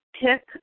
Pick